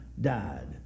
died